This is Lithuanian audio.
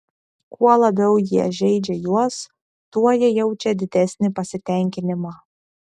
kuo labiau jie žeidžia juos tuo jie jaučia didesnį pasitenkinimą